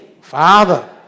Father